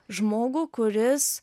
žmogų kuris